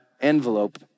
envelope